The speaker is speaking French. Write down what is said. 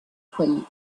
poignets